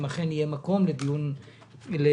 אם אכן יהיה מקום לדיון נוסף.